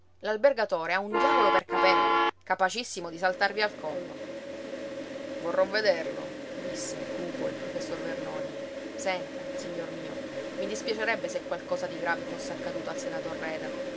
l'albergatore ha un diavolo per capello capacissimo di saltarvi al collo vorrò vederlo disse cupo il professor vernoni senta signor mio mi dispiacerebbe se qualcosa di grave fosse accaduto al senator reda